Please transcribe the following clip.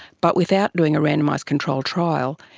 but without doing a randomised control trial,